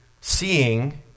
seeing